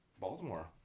Baltimore